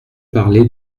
parlé